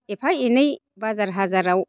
एफा एनै बाजार हाजाराव